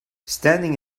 standing